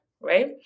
Right